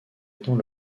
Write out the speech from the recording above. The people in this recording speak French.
étant